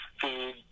food